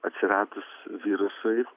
atsiradus virusui